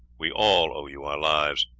we all owe you our lives.